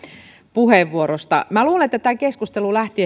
puheenvuorosta minä luulen että tämä keskustelu lähti